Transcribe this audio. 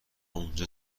اونجا